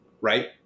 right